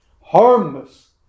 harmless